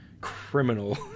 criminal